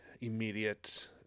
immediate